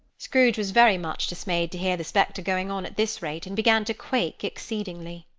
scrooge was very much dismayed to hear the spectre going on at this rate, and began to quake exceedingly.